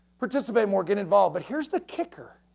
participate more, get involved. but here's the kicker,